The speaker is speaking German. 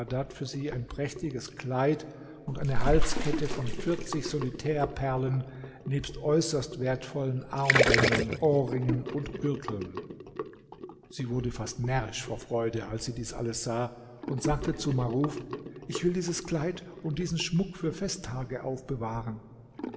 saadat für sie ein prächtiges kleid und eine halskette von vierzig solitärperlen nebst äußerst wertvollen armbändern ohrringen und gürteln sie wurde fast närrisch vor freude als sie alles dies sah und sagte zu maruf ich will dieses kleid und diesen schmuck für festtage aufbewahren